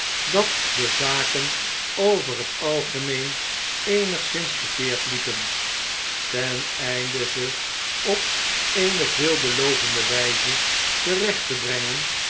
dat de zaken over het algemeen eenigszins verkeerd liepen ten einde ze op eene veelbelovende wgze te recht te brengen